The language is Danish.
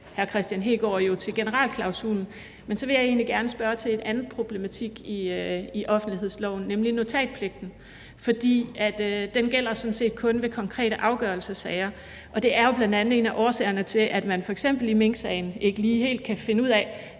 hr. Kristian Hegaard jo til generalklausulen. Men så vil jeg egentlig gerne spørge til en anden problematik i offentlighedsloven, nemlig notatpligten. For den gælder sådan set kun ved konkrete afgørelsessager, og det er jo bl.a. en af årsagerne til, at man f.eks. i minksagen ikke lige helt kan finde ud af,